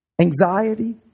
Anxiety